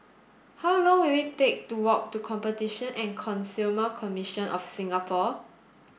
how long will it take to walk to Competition and Consumer Commission of Singapore